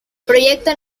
proyecto